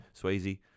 Swayze